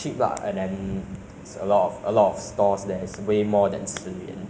so I heard that you went there ah several times so